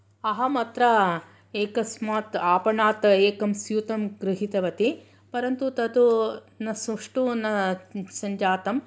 अहमत्र एकस्मात् आपणात् एकं स्यूतं गृहीतवती परन्तु तत् न सुष्टु न सञ्जातम्